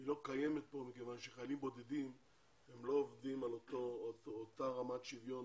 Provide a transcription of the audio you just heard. לא קיימת פה מכיוון שחיילים בודדים הם לא עומדים על אותה רמת שוויון